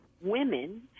women